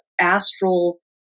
astral